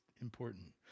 important